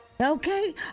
Okay